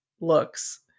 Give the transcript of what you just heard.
looks